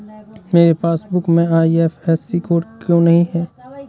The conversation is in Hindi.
मेरे पासबुक में आई.एफ.एस.सी कोड क्यो नहीं है?